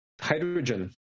hydrogen